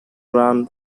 run